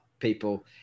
people